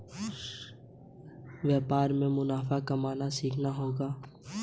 श्रवण को व्यापार में मुनाफा कमाना सीखना होगा